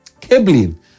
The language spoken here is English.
cabling